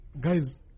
guys